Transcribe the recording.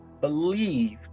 believed